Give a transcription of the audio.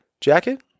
Jacket